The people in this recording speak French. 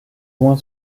loin